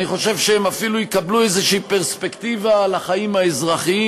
אני חושב שהם אפילו יקבלו איזו פרספקטיבה על החיים האזרחיים,